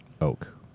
oak